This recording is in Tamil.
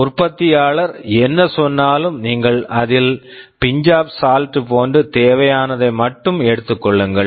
உற்பத்தியாளர் என்ன சொன்னாலும் நீங்கள் அதில் pinch of salt pinch of salt போன்று தேவையானதை மட்டும் எடுத்துக் கொள்ளுங்கள்